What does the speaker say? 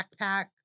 backpack